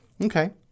Okay